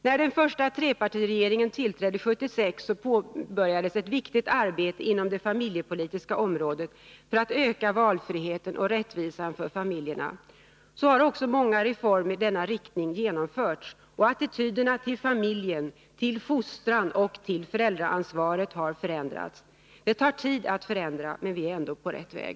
När den första trepartiregeringen tillträdde 1976 påbörjades ett viktigt arbete inom det familjepolitiska området för att öka valfriheten och rättvisan för familjerna. Så har också många reformer i denna riktning genomförts, och attityderna till familjen, till fostran och till föräldraansvar har förändrats. Det tar tid att förändra, men vi är ändå på rätt väg.